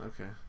Okay